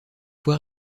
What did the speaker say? fois